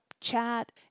chat